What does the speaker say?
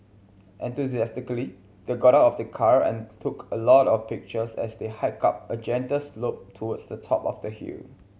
enthusiastically they got out of the car and took a lot of pictures as they hiked up a gentle slope towards the top of the hill